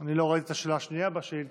אני לא ראיתי את השאלה השנייה בשאילתה.